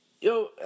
Yo